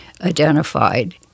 identified